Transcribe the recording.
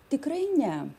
tikrai ne